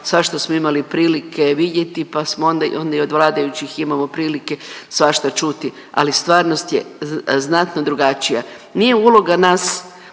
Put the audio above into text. svašta smo imali prilike vidjeti, pa smo onda i od vladajućih imamo prilike svašta čuti, ali stvarnost je znatno drugačija. Nije uloga nas